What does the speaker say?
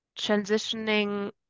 transitioning